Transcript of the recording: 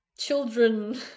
children